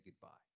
goodbye